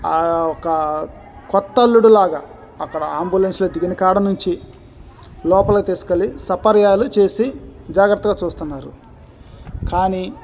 ఒక కొత్త అల్లుడులాగా అక్కడ ఆంబులెన్స్లో దిగిన కాడ నుంచి లోపలికి తీసుకెళ్ళి సపర్యాలు చేసి జాగ్రత్తగా చూస్తున్నారు కానీ